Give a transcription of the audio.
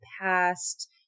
past